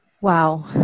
Wow